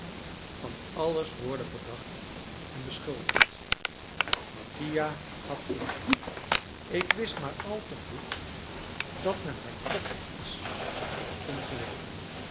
van alles worden verdacht en beschuldigd mattia had gelijk ik wist maar al te goed dat men hardvochtig is voor ongelukkigen